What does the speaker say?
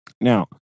Now